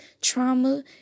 trauma